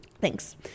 thanks